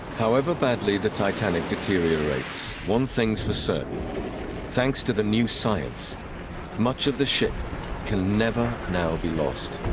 however badly the titanic deteriorates one thing's for certain thanks to the new science much of the ship can never now be lost